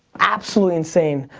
absolutely insane.